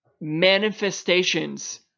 manifestations